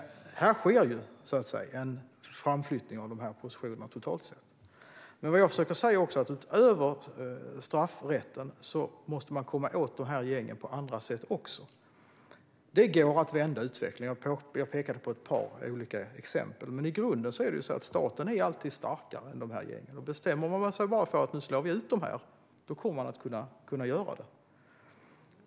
Här sker alltså en framflyttning av positionerna totalt sett. Vad jag också försöker säga är att man utöver straffrätten måste komma åt de här gängen även på andra sätt. Det går att vända utvecklingen, och jag har pekat på ett par olika exempel. Men i grunden är det så att staten alltid är starkare än de här gängen, och bestämmer man sig bara för att nu slår vi ut dem, då kommer man att kunna göra det.